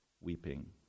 weeping